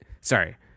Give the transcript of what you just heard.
sorry